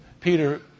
Peter